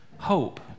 hope